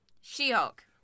She-Hulk